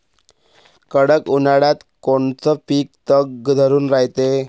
कडक उन्हाळ्यात कोनचं पिकं तग धरून रायते?